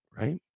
right